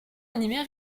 animés